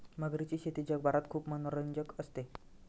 मगरीची शेती जगभरात खूप मनोरंजक असते